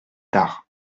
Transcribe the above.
tard